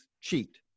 cheat